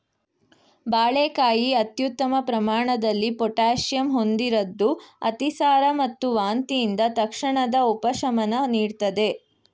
ಬಾಳೆಕಾಯಿ ಅತ್ಯುತ್ತಮ ಪ್ರಮಾಣದಲ್ಲಿ ಪೊಟ್ಯಾಷಿಯಂ ಹೊಂದಿರದ್ದು ಅತಿಸಾರ ಮತ್ತು ವಾಂತಿಯಿಂದ ತಕ್ಷಣದ ಉಪಶಮನ ನೀಡ್ತದೆ